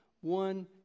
one